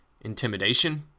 Intimidation